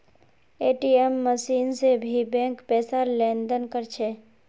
ATM machine से भी bank पैसार लेन देन कर छे